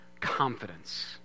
confidence